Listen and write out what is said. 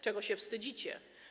Czego się wstydzicie?